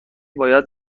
باید